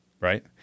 right